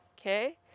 Okay